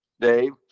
Dave